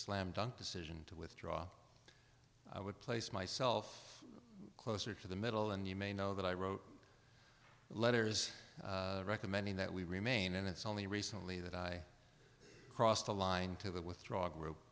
slam dunk decision to withdraw would place myself closer to the middle and you may know that i wrote letters recommending that we remain and it's only recently that i crossed the line to the withdraw group